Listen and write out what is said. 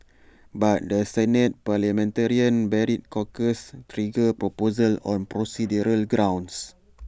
but the Senate parliamentarian barred Corker's trigger proposal on procedural grounds